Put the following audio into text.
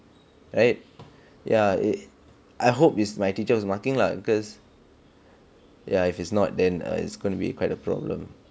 right yeah it I hope is my teacher was marking lah because ya if it's not then uh it's gonna be quite a problem